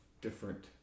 different